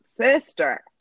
sister